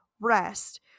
rest